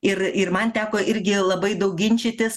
ir ir man teko irgi labai daug ginčytis